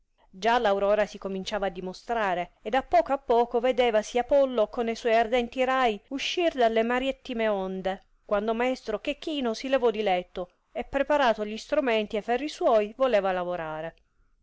già l aurora si cominciava dimostrare ed a poco a poco vedevasi apollo con e suoi ardenti rai uscir dalle maritime onde quando maestro chechino si levò di letto e preparato gli stromenti e ferri suoi voleva lavorare